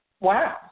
Wow